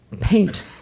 paint